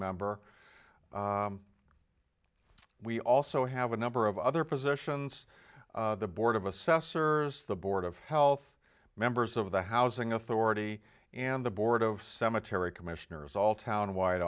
member we also have a number of other positions the board of assessors the board of health members of the housing authority and the board of cemetery commissioners all town wide